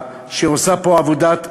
שעושה פה עבודת קודש,